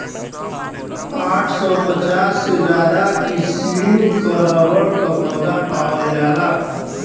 आठ सौ पचास से ज्यादा किसिम क रबर क पौधा पावल जाला